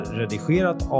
redigerat